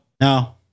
No